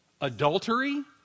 adultery